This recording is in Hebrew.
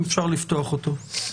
אם אפשר לפתוח אותו.